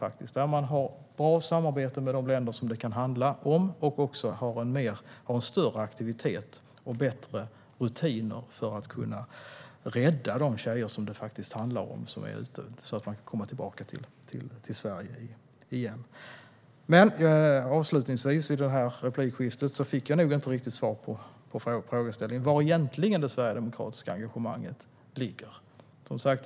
De har ett bra samarbete med de länder som det kan handla om, är mer aktiva och har bättre rutiner för att rädda de tjejer det faktiskt handlar om så att de kan komma tillbaka. Jag fick inte riktigt svar på min fråga om var det sverigedemokratiska engagemanget egentligen ligger.